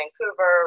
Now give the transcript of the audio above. Vancouver